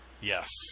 Yes